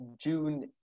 June